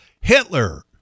Hitler